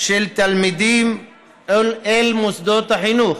של תלמידים אל מוסדות החינוך.